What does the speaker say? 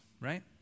right